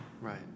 Right